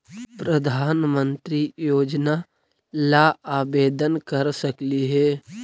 प्रधानमंत्री योजना ला आवेदन कर सकली हे?